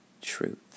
truth